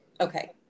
Okay